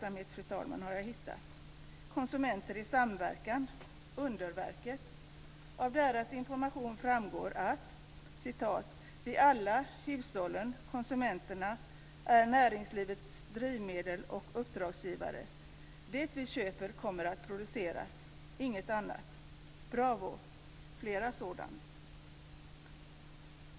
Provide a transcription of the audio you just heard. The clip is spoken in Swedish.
Jag har hittat en verksamhet: Konsumenter i Samverkan - Underverket. Av dess information framgår att vi alla - hushållen och konsumenterna - är näringslivets drivmedel och uppdragsgivare. Det vi köper kommer att produceras, inget annat. Jag säger: Bravo! Fler sådana!